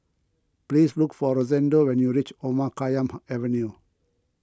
please look for Rosendo when you reach Omar Khayyam Avenue